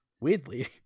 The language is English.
weirdly